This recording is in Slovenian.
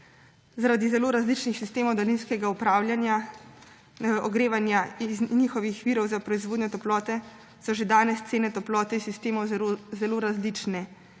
Zaradi zelo različnih sistemov daljinskega ogrevanja iz njihovih virov za proizvodnjo toplote so že danes cene toplote iz sistemov zelo različne,